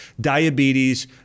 diabetes